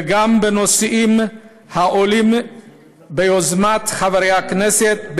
וגם בנושאים העולים ביוזמת חברי הכנסת,